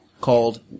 called